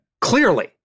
Clearly